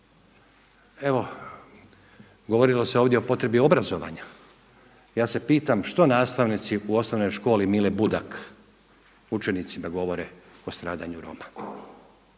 Evo govorilo se ovdje o potrebi obrazovanja, ja se pitam što nastavnici u osnovnoj školi Mile Budak učenicima govore o stradanju Roma